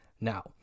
Now